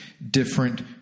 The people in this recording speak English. Different